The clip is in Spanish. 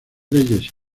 leyes